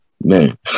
man